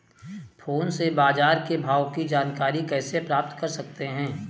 Phone से बाजार के भाव की जानकारी कैसे प्राप्त कर सकते हैं?